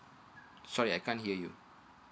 sorry I can't hear you